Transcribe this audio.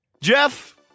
Jeff